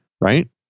Right